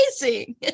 amazing